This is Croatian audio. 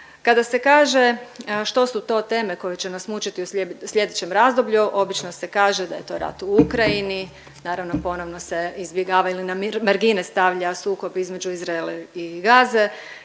Kada se kaže što su to teme koje će nas mučiti u slijedećem razdoblju obično se kaže da je to rat u Ukrajini, naravno ponovno se izbjegavaju ili na margine stavlja sukob između Izraela i Gaze,